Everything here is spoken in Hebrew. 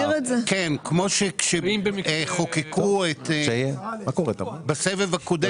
כן, כמו שחוקקו בסבב הקודם.